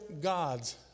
God's